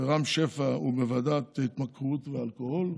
ורם שפע הוא בוועדת התמכרות ואלכוהול.